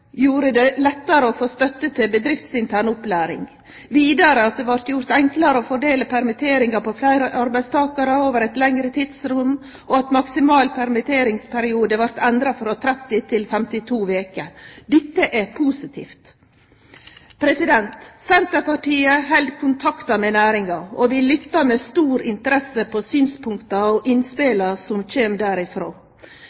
gjorde det lettare å få støtte til bedriftsintern opplæring, vidare at det vart gjort enklare å fordele permitteringar på fleire arbeidstakarar over eit lengre tidsrom, og at maksimal permitteringsperiode vart endra frå 30 til 52 veker. Dette er positivt. Senterpartiet held kontakten med næringa, og vi lyttar med stor interesse til synspunkta og